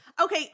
Okay